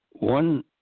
One